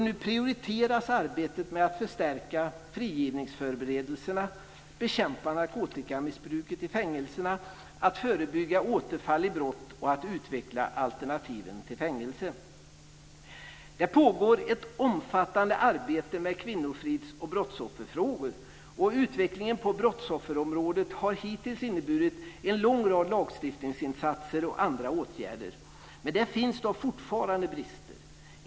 Nu prioriteras arbetet med att förstärka frigivningsförberedelserna, bekämpa narkotikamissbruket i fängelserna, förebygga återfall i brott och utveckla alternativen till fängelse. Det pågår ett omfattande arbete med kvinnofridsoch brottsofferfrågor. Utvecklingen på brottsofferområdet har hittills inneburit en lång rad lagstiftningsinsatser och andra åtgärder. Men det finns fortfarande brister.